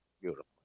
beautiful